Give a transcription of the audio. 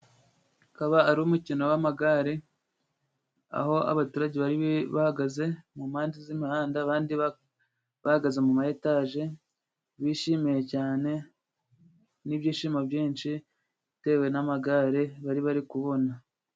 Akaba ari umukino w'amagare aho abaturage bari bahagaze mu mpande z'imihanda abandi bahagaze mu ma etaje bishimiye cyane n'ibyishimo byinshi bitewe n'amagare bari bari kubona.